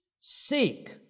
Seek